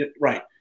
Right